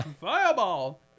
Fireball